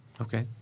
Okay